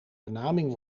benaming